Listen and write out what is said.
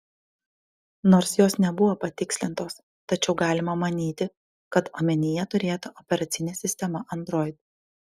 nors jos nebuvo patikslintos tačiau galima manyti kad omenyje turėta operacinė sistema android